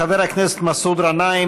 חבר הכנסת מסעוד גנאים,